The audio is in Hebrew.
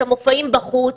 את המופעים בחוץ,